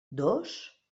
dos